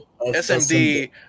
SMD